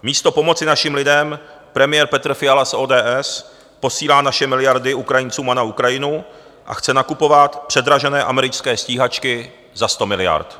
Místo pomoci našim lidem premiér Petr Fiala z ODS posílá naše miliardy Ukrajincům a na Ukrajinu a chce nakupovat předražené americké stíhačky za 100 miliard.